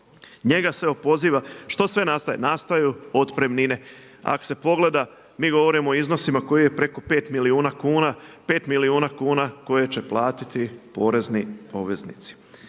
Njega se opoziva. Što sve nastaje? Nastaju otpremnine. Ako se pogleda mi govorimo o iznosima koji je preko pet milijuna kuna, pet milijuna kuna koje će platiti porezni obveznici.